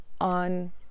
on